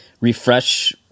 refresh